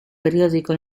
periódico